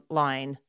line